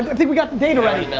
i think we got the date already.